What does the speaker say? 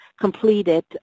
completed